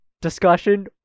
discussion